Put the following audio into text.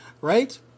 right